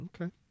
Okay